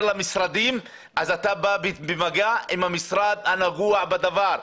למשרדים אז אתה בא במגע עם המשרד הנוגע בדבר.